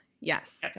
Yes